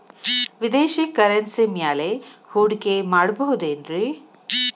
ವಿದೇಶಿ ಕರೆನ್ಸಿ ಮ್ಯಾಲೆ ಹೂಡಿಕೆ ಮಾಡಬಹುದೇನ್ರಿ?